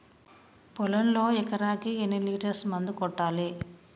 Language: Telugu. పొలంలో ఎకరాకి ఎన్ని లీటర్స్ మందు కొట్టాలి?